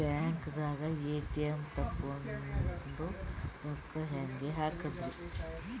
ಬ್ಯಾಂಕ್ದಾಗ ಎ.ಟಿ.ಎಂ ತಗೊಂಡ್ ರೊಕ್ಕ ಹೆಂಗ್ ಹಾಕದ್ರಿ?